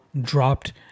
dropped